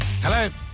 Hello